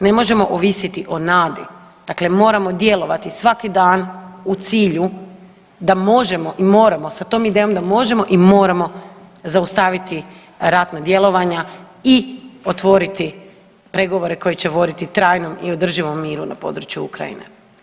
Ne možemo ovisiti o nadi, dakle moramo djelovati svaki dan u cilju da možemo i moramo, sa tom idejom da možemo i moramo zaustaviti ratna djelovanja i otvoriti pregovore koji će voditi trajnom i održivom miru na području Ukrajina.